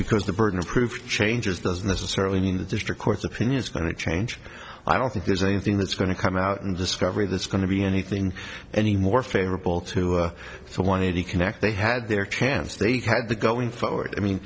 because the burden of proof changes doesn't necessarily mean the district court's opinion is going to change i don't think there's anything that's going to come out in discovery that's going to be anything any more favorable to someone eighty connect they had their chance they had the going forward i mean